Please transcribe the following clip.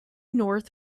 north